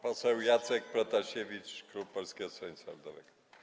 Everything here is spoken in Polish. Poseł Jacek Protasiewicz, klub Polskiego Stronnictwa Ludowego.